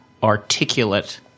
articulate